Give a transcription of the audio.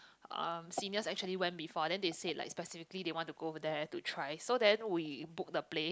um seniors actually went before then they said like specifically they want to go over there to try so we book the place